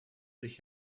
durch